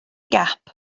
gap